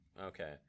Okay